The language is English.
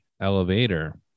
elevator